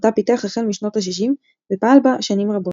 אותה פיתח החל משנות ה-60 ופעל בה שנים רבות.